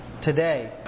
today